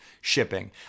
shipping